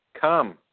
come